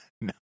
No